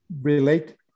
relate